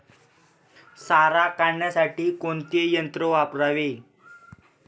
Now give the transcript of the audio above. सारा काढण्यासाठी कोणते यंत्र वापरावे?